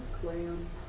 Clam